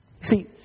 See